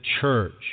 church